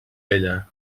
ella